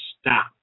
stop